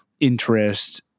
interest